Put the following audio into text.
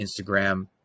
instagram